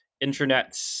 internet